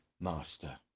master